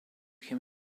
can